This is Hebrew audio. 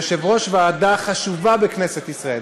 יושבת-ראש ועדה חשובה בכנסת ישראל,